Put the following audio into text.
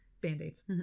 Band-aids